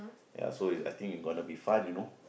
ya so is I think it gonna be fun you know